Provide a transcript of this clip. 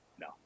no